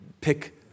pick